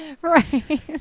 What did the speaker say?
Right